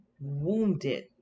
wounded